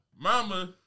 Mama